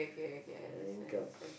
an income